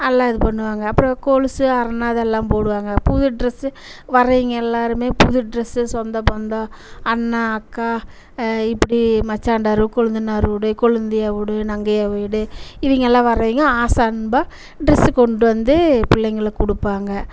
எல்லா இது பண்ணுவாங்க அப்புறம் கொலுசு அரணா அதெல்லாம் போடுவாங்க புது ட்ரெஸ்ஸு வரவங்க எல்லோருமே புது ட்ரெஸ்ஸு சொந்தபந்தம் அண்ணன் அக்கா இப்படி மச்சான்டாரு கொழுந்தனார் வீடு கொழுந்தியா வீடு நங்கையா வீடு இவங்கெல்லாம் வரவங்க ஆசை அன்பாக ட்ரெஸ்ஸு கொண்டுவந்து பிள்ளைங்களுக்கு கொடுப்பாங்க